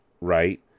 Right